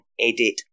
edit